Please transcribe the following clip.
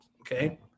okay